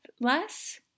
less